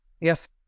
Yes